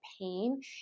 pain